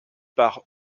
par